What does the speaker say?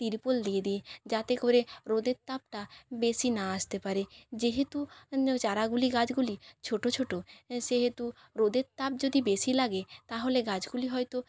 তিরপল দিয়ে দিই যাতে করে রোদের তাপটা বেশি না আসতে পারে যেহেতু চারাগুলি গাছগুলি ছোটো ছোটো সেহেতু রোদের তাপ যদি বেশি লাগে তাহলে গাছগুলি হয়তো